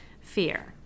Fear